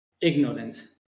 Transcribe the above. ignorance